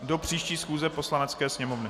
Do příští schůze Poslanecké sněmovny.